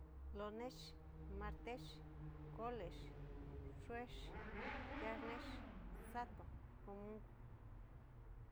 Lonexi, martexi, colexi, yuexi, ngiarnexi, sato, nrumungu.